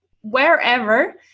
wherever